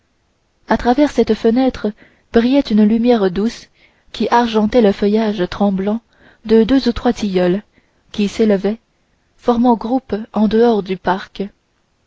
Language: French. à travers cette fenêtre brillait une lumière douce qui argentait le feuillage tremblant de deux ou trois tilleuls qui s'élevaient formant groupe en dehors du parc